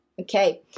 Okay